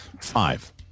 Five